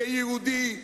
כיהודי,